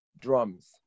Drums